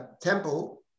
temple